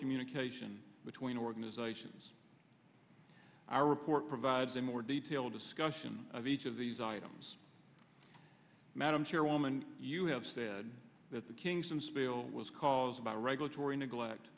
communication between organizations our report provides a more detailed discussion of each of these items madam chairwoman you have said that the kingston spill was caused by regulatory neglect